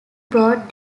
brought